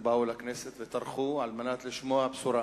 שבאו לכנסת וטרחו על מנת לשמוע בשורה,